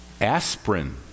aspirin